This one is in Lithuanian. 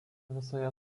visoje